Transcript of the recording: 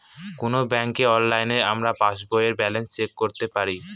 কোনো ব্যাঙ্কে অনলাইনে আমরা পাস বইয়ের ব্যালান্স চেক করতে পারি